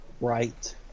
right